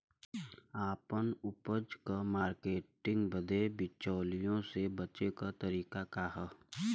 आपन उपज क मार्केटिंग बदे बिचौलियों से बचे क तरीका का ह?